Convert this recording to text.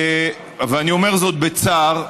ואני אומר זאת בצער,